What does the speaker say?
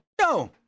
no